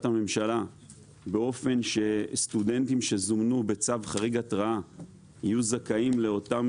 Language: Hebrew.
הממשלה באופן שסטודנטים שזומנו בצו חריג התרעה יהיו זכאים לאותן